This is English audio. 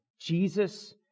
Jesus